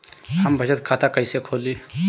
हम बचत खाता कईसे खोली?